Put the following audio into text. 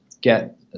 get